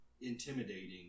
intimidating